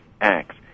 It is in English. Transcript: acts